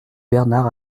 bernard